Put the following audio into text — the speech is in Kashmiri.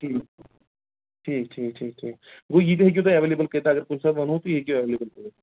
ٹھیٖک ٹھیٖک ٹھیٖک ٹھیٖک ٹھیٖک گوٚو یہِ تہِ ہیٚکِو تُہۍ ایٚویلیبُل کٔرِتھ اگر کُنہِ ساتہٕ وَنہو تہٕ یہِ ہیٚکِو ایٚویلیبٕل کٔرِتھ